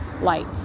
light